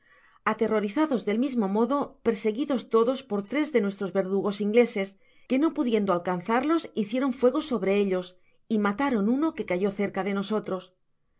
aterrorizados del mismo modo perseguidos todos por tres de nuestros verdugos ingleses que no pudiendo alcanzarlos hicieron fuego sobre ellos y mataron uno que cayó cerca de nosotros